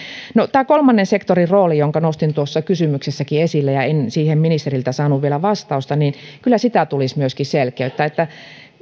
tätä kolmannen sektorin roolia jonka nostin tuossa kysymyksessäkin esille ja en siihen ministeriltä saanut vielä vastausta kyllä tulisi myöskin selkeyttää että